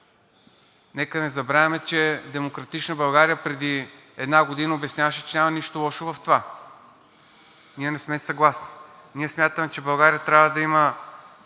Нека не забравяме, че „Демократична България“ преди една година обясняваше, че няма нищо лошо в това. Ние не сме съгласни. Ние смятаме, че България трябва да има